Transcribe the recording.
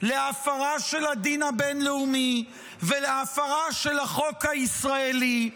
להפרה של הדין הבין-לאומי ולהפרה של החוק הישראלי.